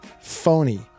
phony